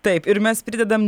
taip ir mes pridedam